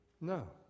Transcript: No